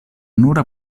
nura